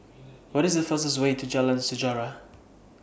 What IS The fastest Way to Jalan Sejarah